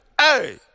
Hey